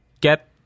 get